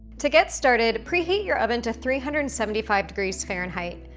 to get started, preheat your oven to three hundred and seventy five degrees fahrenheit,